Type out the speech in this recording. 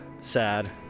Sad